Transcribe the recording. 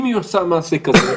אם נעשה מעשה כזה,